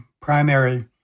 primary